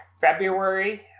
February